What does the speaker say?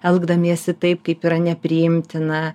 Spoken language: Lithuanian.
elgdamiesi taip kaip yra nepriimtina